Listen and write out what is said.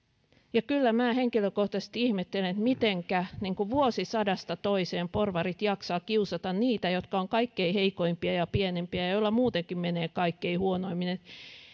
kyllä minä henkilökohtaisesti ihmettelen mitenkä vuosisadasta toiseen porvarit jaksavat kiusata niitä jotka ovat kaikkein heikoimpia ja pienimpiä ja joilla muutenkin menee kaikkein huonoimmin